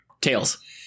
Tails